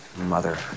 mother